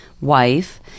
Wife